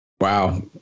Wow